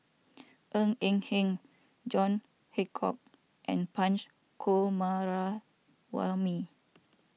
Ng Eng Hen John Hitchcock and Punch Coomaraswamy